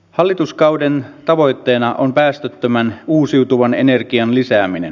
hallituskauden tavoitteena on päästöttömän uusiutuvan energian lisääminen